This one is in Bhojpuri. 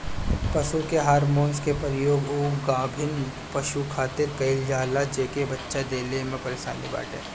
पशु के हार्मोन के प्रयोग उ गाभिन पशु खातिर कईल जाला जेके बच्चा देला में परेशानी बाटे